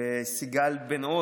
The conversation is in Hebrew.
וסיגל בן עוז.